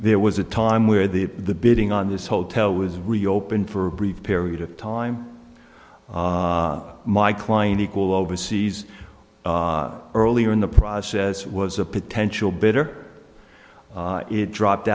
there was a time where the the bidding on this hotel was reopened for a brief period of time my client equal overseas earlier in the process was a potential bitter it dropped